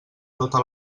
tota